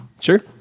Sure